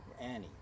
Annie